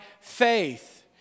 faith